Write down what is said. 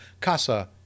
Casa